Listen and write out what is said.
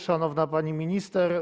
Szanowna Pani Minister!